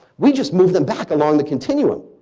we just move them back along the continuum.